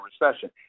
recession